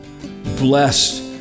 blessed